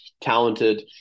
talented